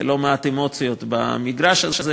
לא מעט אמוציות במגרש הזה,